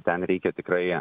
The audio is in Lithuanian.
ten reikia tikrai